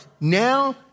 Now